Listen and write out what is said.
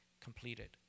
completed